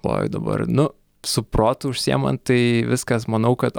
oi dabar nu su protu užsiimant tai viskas manau kad